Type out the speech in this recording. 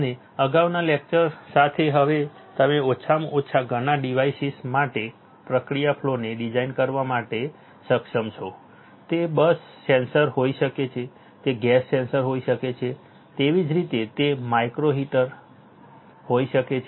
અને અગાઉના લેક્ચર સાથે હવે તમે ઓછામાં ઓછા ઘણા ડિવાસીસ માટે પ્રક્રિયા ફ્લોને ડિઝાઇન કરવા માટે સક્ષમ છો તે બસ સેન્સર હોઈ શકે છે તે ગેસ સેન્સર હોઈ શકે છે તેવી જ રીતે તે માઇક્રો હીટર હોઈ શકે છે